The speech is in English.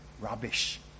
rubbish